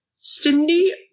Cindy